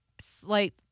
slight